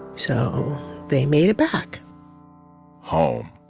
so they made it back home